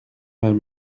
vingt